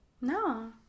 No